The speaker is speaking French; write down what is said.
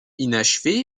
inachevé